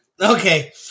Okay